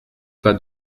pas